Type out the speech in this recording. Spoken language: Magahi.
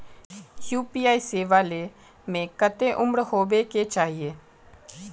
यु.पी.आई सेवा ले में कते उम्र होबे के चाहिए?